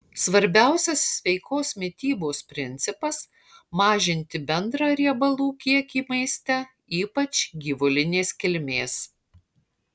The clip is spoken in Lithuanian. svarbiausias sveikos mitybos principas mažinti bendrą riebalų kiekį maiste ypač gyvulinės kilmės